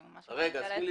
אני ממש מתנצלת.